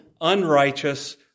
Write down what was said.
unrighteous